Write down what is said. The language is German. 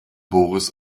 boris